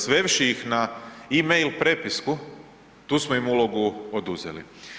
Svevši ih na e-mail prepisku, tu smo im ulogu oduzeli.